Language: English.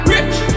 Rich